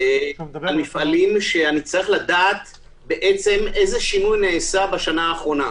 מפעלים שאני צריך לדעת איזה שינוי נעשה בשנה האחרונה.